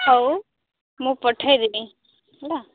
ହଉ ମୁଁ ପଠେଇଦେବି ହେଲା